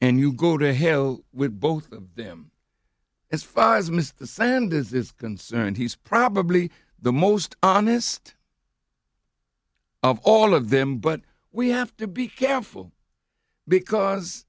and you go to hell with both of them as far as mr sanders is concerned he's probably the most honest of all of them but we have to be careful because